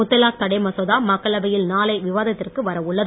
முத்தலாக் தடை மசோதா மக்களவையில் நாளை விவாதத்திற்கு வர உள்ளது